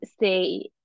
say